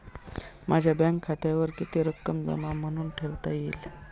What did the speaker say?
माझ्या बँक खात्यावर किती रक्कम जमा म्हणून ठेवता येईल?